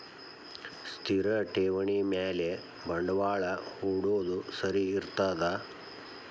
ಸ್ಥಿರ ಠೇವಣಿ ಮ್ಯಾಲೆ ಬಂಡವಾಳಾ ಹೂಡೋದು ಸರಿ ಇರ್ತದಾ?